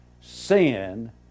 Sin